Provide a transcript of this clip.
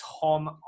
Tom